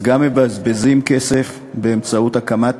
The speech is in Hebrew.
אז גם מבזבזים כסף באמצעות הקמת